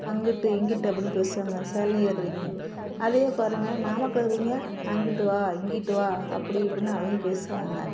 அங்கிட்டு இங்கிட்டு அப்படின்னு பேசுவாங்க சென்னையிலருக்குறவைங்க அதே பாருங்க நாமக்கல்லீங்க அங்கிட்டு இங்கிட்டு வா அப்படி இப்படின்னு அவங்க பேசுவாங்க